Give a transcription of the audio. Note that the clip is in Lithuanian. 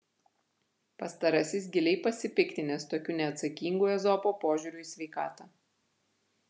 pastarasis giliai pasipiktinęs tokiu neatsakingu ezopo požiūriu į sveikatą